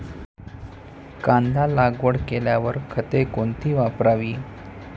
कांदा लागवड केल्यावर खते कोणती वापरावी?